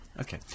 Okay